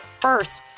first